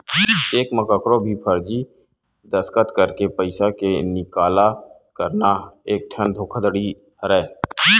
cheque म कखरो भी फरजी दस्कत करके पइसा के निकाला करना एकठन धोखाघड़ी हरय